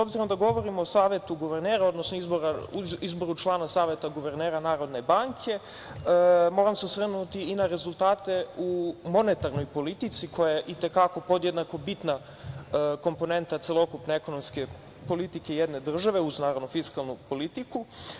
Obzirom da govorimo o Savetu guvernera, odnosno izboru člana Saveta guvernera Narodne banke, moram se osvrnuti i na rezultate u monetarnoj politici koja je i te kako podjednako bitna komponenta celokupne ekonomske politike jedne države, naravno uz fiskalnu politiku.